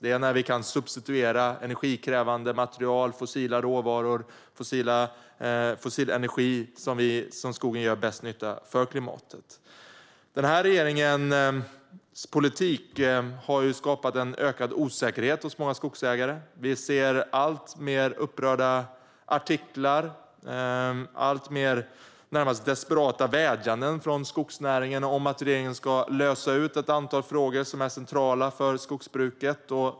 Det är när vi kan substituera energikrävande material, fossila råvaror, fossil energi som skogen gör bäst nytta för klimatet. Den här regeringens politik har ju skapat en ökad osäkerhet hos många skogsägare. Vi ser allt fler upprörda artiklar och allt fler närmast desperata vädjanden från skogsnäringen om att regeringen ska lösa ut ett antal frågor som är centrala för skogsbruket.